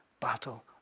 battle